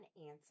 answer